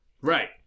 Right